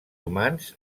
humans